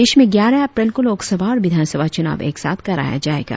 प्रदेश में ग्यारह अप्रैल को लोकसभा और विधानसभा चुनाव एक साथ कराया जाएगा